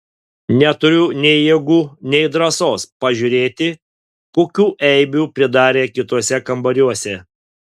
neturiu nei jėgų nei drąsos pažiūrėti kokių eibių pridarė kituose kambariuose